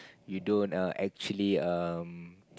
you don't err actually um